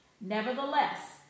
Nevertheless